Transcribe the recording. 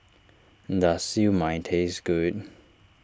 does Siew Mai taste good